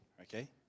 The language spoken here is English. Okay